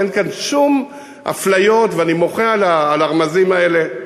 אין כאן שום אפליות, ואני מוחה על הרמזים האלה.